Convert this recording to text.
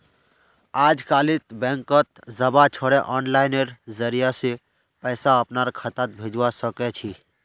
अजकालित बैंकत जबा छोरे आनलाइनेर जरिय स पैसा अपनार खातात भेजवा सके छी